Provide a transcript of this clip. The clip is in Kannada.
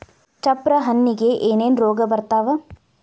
ಚಪ್ರ ಹಣ್ಣಿಗೆ ಏನೇನ್ ರೋಗ ಬರ್ತಾವ?